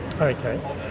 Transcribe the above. Okay